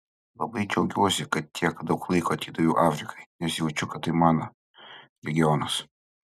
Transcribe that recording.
labai džiaugiuosi kad tiek daug laiko atidaviau afrikai nes jaučiu kad tai mano regionas